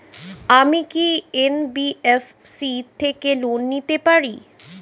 আমি কি এন.বি.এফ.সি থেকে লোন নিতে পারি?